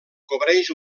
cobreix